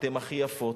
אתן הכי יפות,